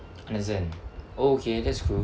understand oh okay that's cool